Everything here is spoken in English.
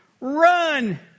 run